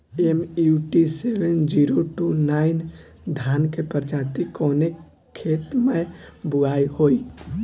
MUT seven zero two nine धान के प्रजाति कवने खेत मै बोआई होई?